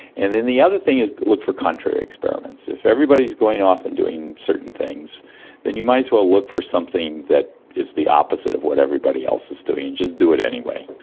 and then the other thing is look for contrary experiments. if everybody's going off and doing certain things then you might as well look for something that is the opposite of what everybody else is doing and just do it anyway.